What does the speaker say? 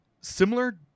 Similar